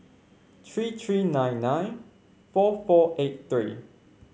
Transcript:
three three nine nine four four eight three